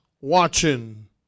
watching